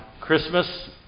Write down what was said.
Christmas